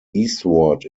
eastward